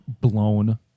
blown